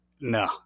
no